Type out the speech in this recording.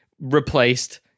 replaced